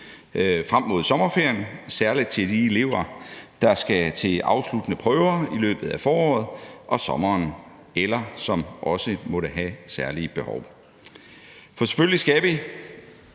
frem mod sommerferien, særlig til de elever, der skal til afsluttende prøver i løbet af foråret og sommeren, eller som måtte have særlige behov. For selvfølgelig skal vi,